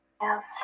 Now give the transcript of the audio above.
Yes